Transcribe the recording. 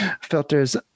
filters